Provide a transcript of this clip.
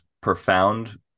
profound